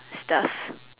stuff